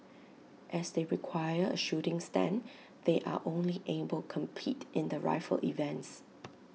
as they require A shooting stand they are only able compete in the rifle events